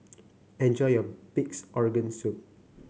enjoy your Pig's Organ Soup